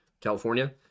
California